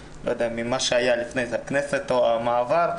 ממה שהיה לפני זה בכנסת או המעבר,